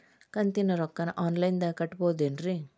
ಕಂತಿನ ರೊಕ್ಕನ ಆನ್ಲೈನ್ ದಾಗ ಕಟ್ಟಬಹುದೇನ್ರಿ?